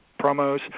promos